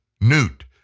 Newt